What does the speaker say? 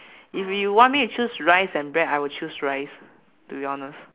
if you want me to choose rice and bread I will choose rice to be honest